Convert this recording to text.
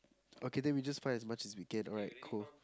okay then we just find as much as we can alright cool